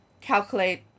calculate